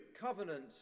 covenant